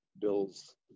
bills